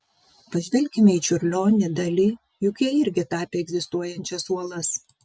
pažvelkime į čiurlionį dali juk jie irgi tapė egzistuojančias uolas